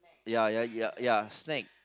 ya ya ya ya snack